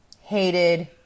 hated